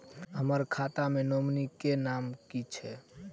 हम्मर खाता मे नॉमनी केँ नाम की छैय